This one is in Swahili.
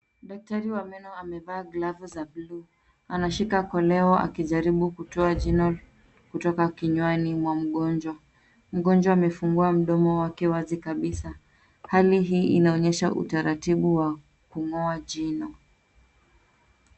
Daktari wa meno amevaa glavu za buluu. Anashika koleo akijaribu kutoa jino kutoka kinywani mwa mgonjwa. Mgonjwa amefungua mdomo wake wazi kabisa. Hali hii inaonyesha utaratibu wa kung'oa jino.